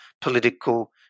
political